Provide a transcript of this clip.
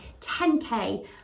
10K